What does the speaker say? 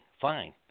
fine